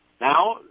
Now